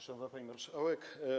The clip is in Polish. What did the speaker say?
Szanowna Pani Marszałek!